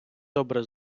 добре